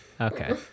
Okay